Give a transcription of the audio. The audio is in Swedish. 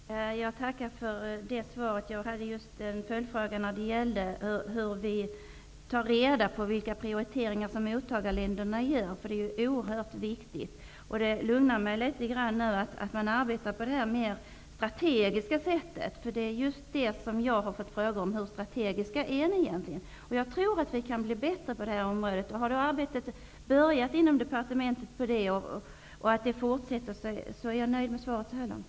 Herr talman! Jag tackar för detta svar. Jag hade en följdfråga om just hur man tar reda på vilka prioriteringar som görs av mottagarländerna, därför att det är en oerhört viktig fråga. Det lugnar mig litet grand att man arbetar mer på detta strategiska sätt. Jag har fått frågor om just hur strategisk man egentligen är. Jag tror att man kan bli bättre på detta område. Om det har påbörjats ett arbete som fortgår inom departementet, är jag nöjd med svaret så här långt.